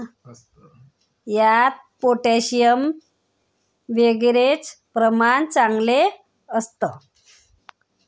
यात पोटॅशियम वगैरेचं प्रमाण चांगलं असतं